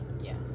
Yes